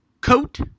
Coat